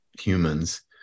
humans